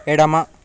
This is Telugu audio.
ఎడమ